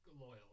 loyal